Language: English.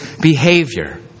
behavior